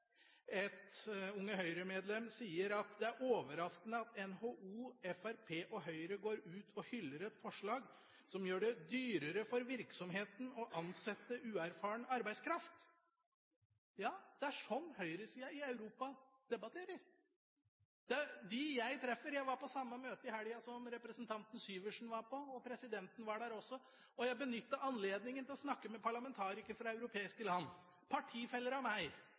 et Unge Høyre-medlem sier: «Det er overraskende at NHO, Frp og Høyre går ut og hyller et forslag som gjør det dyrere for virksomheter å ansette uerfaren arbeidskraft.» Ja, det er slik høyresiden i Europa debatterer. Jeg var på samme møte i helga som representanten Syversen var på, presidenten var der også, og jeg benyttet anledningen til å snakke med parlamentarikere fra europeiske land – partifeller av meg